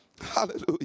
Hallelujah